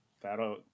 that'll